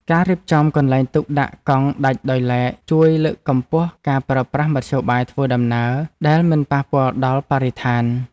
ការរៀបចំកន្លែងទុកដាក់កង់ដាច់ដោយឡែកជួយលើកកម្ពស់ការប្រើប្រាស់មធ្យោបាយធ្វើដំណើរដែលមិនប៉ះពាល់ដល់បរិស្ថាន។